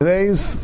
Today's